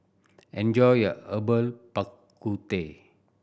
enjoy your Herbal Bak Ku Teh